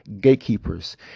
gatekeepers